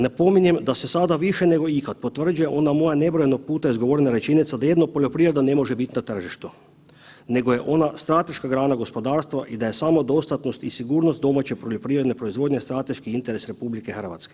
Napominjem da se sada više nego ikad potvrđuje ona moja nebrojeno puta izgovorena rečenica da jedino poljoprivreda ne može biti na tržištu nego je ona strateška grana gospodarstva i da je samodostatnost i sigurnost domaće poljoprivredne proizvodnje strateški interes RH.